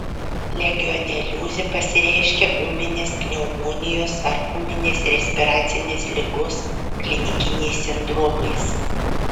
legioneliozė pasireiškia ūminės pneumonijos ar ūminės respiracinės ligos klinikiniais sindromais